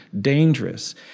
dangerous